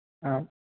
ആ